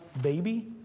baby